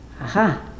aha